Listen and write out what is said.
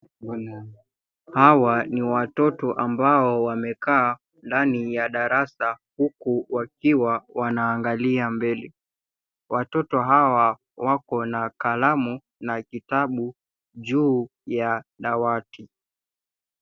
Hawa ni watoto ambao wamekaa ndani ya darasa huku wakiwa wanaangalia mbele. Watoto hawa wakona kalamu na kitabu juu ya dawati.